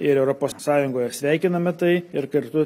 ir europos sąjungoje sveikiname tai ir kartu